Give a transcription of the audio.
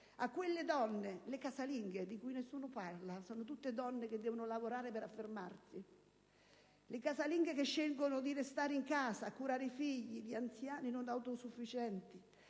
a quelle donne - le casalinghe - di cui nessuno parla: donne che devono lavorare per affermarsi, che scelgono di restare in casa a curare i figli o gli anziani non autosufficienti